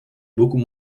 beaucoup